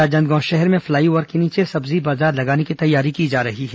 राजनादगांव शहर में फ्लाईओवर के नीचे सब्जी बाजार लगाने की तैयारी की जा रही है